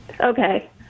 Okay